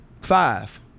five